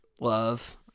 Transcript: love